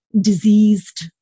diseased